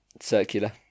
Circular